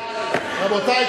רבותי,